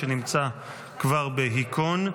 שנמצא כבר בהיכון,